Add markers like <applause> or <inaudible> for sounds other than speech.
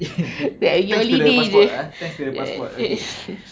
<laughs> thanks to the passport ah thanks to the passport